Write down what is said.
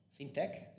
Fintech